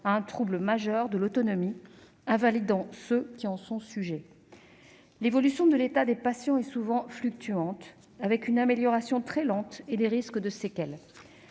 à un trouble majeur de l'autonomie, invalidant ceux qui y sont sujets. L'évolution de l'état des patients est souvent fluctuante ; l'amélioration est très lente, et il y a des risques de séquelles.